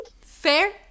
Fair